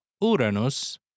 Uranus